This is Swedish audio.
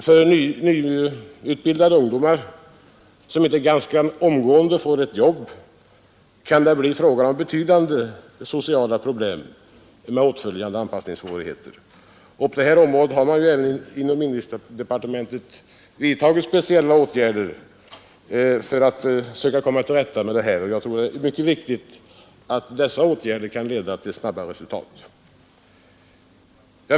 För nyutbildade ungdomar som inte ganska omgående får ett jobb, kan det bli fråga om betydande sociala problem med åtföljande anpassningssvårigheter. På det här området har man inom inrikesdepartementet vidtagit speciella åtgärder, och jag tror att det är mycket viktigt att dessa åtgärder kan leda till snabba resultat.